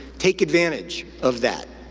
take advantage of that.